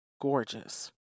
gorgeous